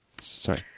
Sorry